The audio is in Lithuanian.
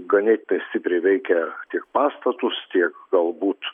ganėtinai stipriai veikia tiek pastatus tiek galbūt